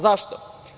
Zašto?